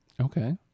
Okay